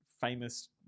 famous